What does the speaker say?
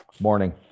Morning